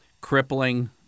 crippling